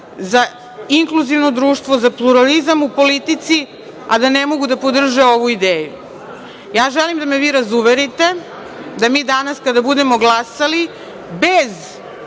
za inkluzivno društvo, za pluralizam u politici, a da ne mogu da podrže ovu ideju. Želim da me vi razuverite, da mi danas kada budemo glasali,